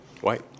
White